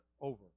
over